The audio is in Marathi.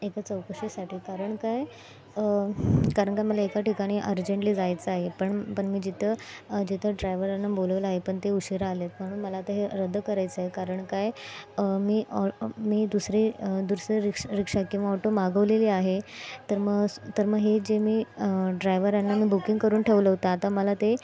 एका चौकशीसाठी कारण काय कारण की मला एका ठिकाणी अर्जंटली जायचं आहे पण पण मी जिथे जिथे ड्रायवरांना बोलवलं आहे पण ते उशीरा आलेत म्हणून मला आता हे रद्द करायचं आहे कारण काय मी मी दुसरी दुसरी रिक्ष रिक्षा किंवा ऑटो मागवलेली आहे तर मग तर मग हे जे मी ड्रायवरांना मी बुकिंग करून ठेवलं होतं आता मला ते